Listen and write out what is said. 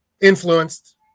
influenced